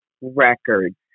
records